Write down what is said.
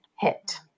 hit